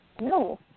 No